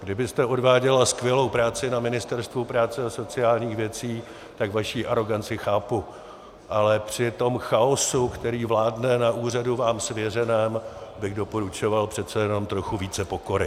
Kdybyste odváděla skvělou práci na Ministerstvu práce a sociálních věcí, tak vaši aroganci chápu, ale při tom chaosu, který vládne na úřadu vám svěřeném, bych doporučoval přece jenom trochu více pokory.